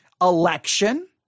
election